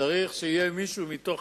צריך שיהיה מישהו מתוך